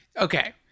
Okay